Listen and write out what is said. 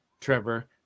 Trevor